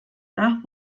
nach